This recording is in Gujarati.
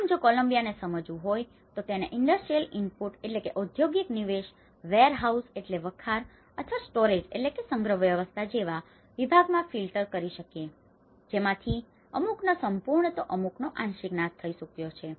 આમ જો કોલંબિયાને સમજવું હોય તો તેને ઇંડસ્ટ્રિયલ ઈનપુટ industrial input ઔદ્યોગિક નિવેશ વેરહાઉસ warehouse વખાર અથવા સ્ટોરેજ storage સંગ્રહ વ્યવસ્થા જેવા વિભાગમાં ફિલ્ટર filter તારવું કરી શકીએ જેમાંથી પણ અમુકનો સંપૂર્ણ તો અમુકનો આંશિક નાશ થઈ ચૂક્યો છે